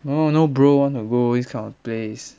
no no bro want go this kind of place